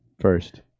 first